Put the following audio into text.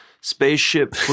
spaceship